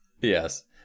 Yes